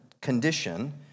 condition